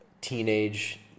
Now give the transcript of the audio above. teenage